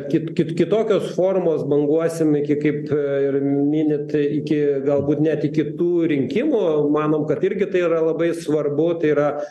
kit kit kitokios formos banguosim iki kaip ir minit iki galbūt net iki tų rinkimų manom kad irgi tai yra labai svarbu tai yra